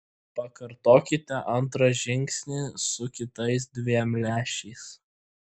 pakartokite antrą žingsnį su kitais dviem lęšiais